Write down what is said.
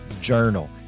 journal